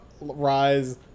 rise